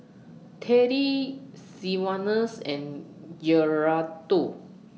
Teddy Sylvanus and Gerardo